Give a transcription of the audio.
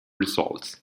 results